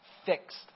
Fixed